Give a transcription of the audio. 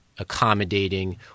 accommodating